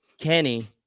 Kenny